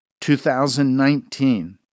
2019